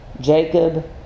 Jacob